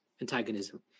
antagonism